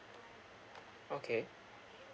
okay